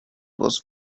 was